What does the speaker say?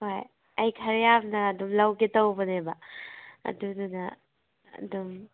ꯍꯣꯏ ꯑꯩ ꯈꯔ ꯌꯥꯝꯅ ꯑꯗꯨꯝ ꯂꯧꯒꯦ ꯇꯧꯕꯅꯦꯕ ꯑꯗꯨꯗꯨꯅ ꯑꯗꯨꯝ